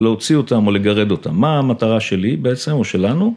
להוציא אותם או לגרד אותם. מה המטרה שלי בעצם, או שלנו?